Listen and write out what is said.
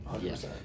Yes